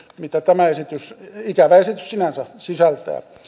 mitä tämä esitys ikävä esitys sinänsä nyt sisältää